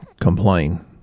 complain